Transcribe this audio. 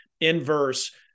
inverse